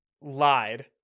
lied